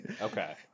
Okay